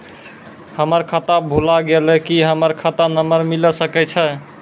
हमर खाता भुला गेलै, की हमर खाता नंबर मिले सकय छै?